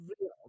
real